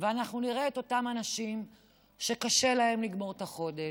ואנחנו נראה את אותם אנשים שקשה להם לגמור את החודש,